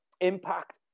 impact